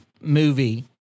movie